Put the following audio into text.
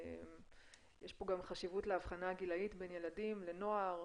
יש פה גם חשיבות להבחנה גילאית בין ילדים ונוער,